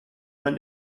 man